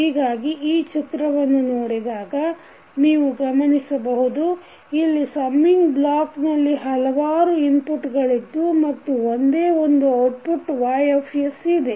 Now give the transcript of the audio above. ಹೀಗಾಗಿ ಈ ಚಿತ್ರವನ್ನು ನೋಡಿದಾಗ ನೀವು ಗಮನಿಸಬಹುದು ಇಲ್ಲಿ ಸಮ್ಮಿಂಗ್ ಬ್ಲಾಕ್ ನಲ್ಲಿ ಹಲವಾರು ಇನ್ಪುಟ್ಸ್ ಗಳಿದ್ದು ಮತ್ತು ಒಂದೇ ಒಂದು ಔಟ್ಪುಟ್ Y ಇದೆ